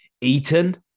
Eton